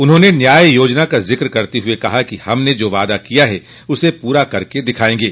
उन्होंने न्याय योजना का जिक्र करते हुए कहा कि हमने जो वादा किया है उसे पूरा करके दिखायेंगे